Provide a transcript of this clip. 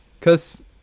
Cause